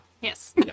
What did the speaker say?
Yes